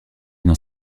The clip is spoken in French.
dans